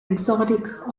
exotic